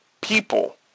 people